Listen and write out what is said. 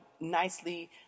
nicely